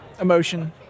emotion